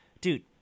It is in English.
dude